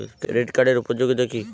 Credit কার্ডের উপযোগিতা কি?